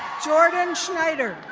jordan snyder.